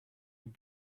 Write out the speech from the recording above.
vous